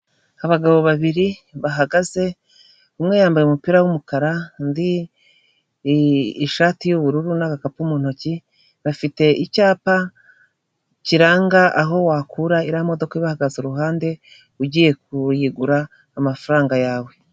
Abagabo babiri bahagaze umwe yambaye umupira w'umukara undi ishati y'ubururu n'akapu mu ntoki bafite icyapa kiranga aho wakura iriya modoka ibahagaze iruhande ugiye kuyigura amafaranga yawe.